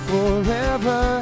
Forever